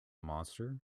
monster